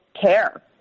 care